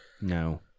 No